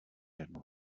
jednu